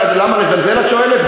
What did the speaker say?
למה לזלזל, את שואלת?